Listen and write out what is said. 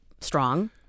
strong